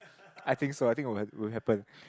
I think so I think will will happen